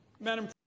madam